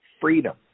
freedom